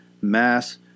mass